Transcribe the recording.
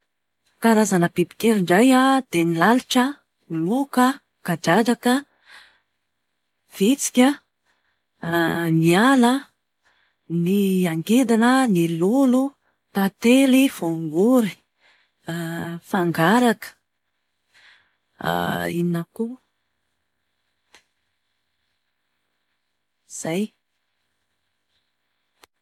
Karazana bibikely indray a, dia ny lalitra, ny moka, kadradraka, vitsika, ny ala, ny angidina, ny lolo, tantely, voangory, fangaraka, inona koa? Izay.